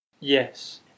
Yes